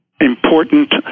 important